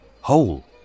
whole